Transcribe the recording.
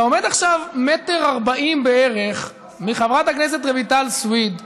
אתה עומד עכשיו מטר ו-40 בערך מחברת הכנסת רויטל סויד,